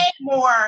more